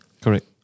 Correct